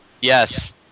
Yes